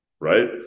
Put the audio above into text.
Right